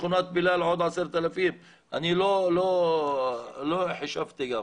את שכונת בילאל עם עוד 10,000 תושבים שלא חישבתי אותם.